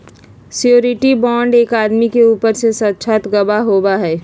surety bond एक आदमी के रूप में साक्षात गवाह होबा हई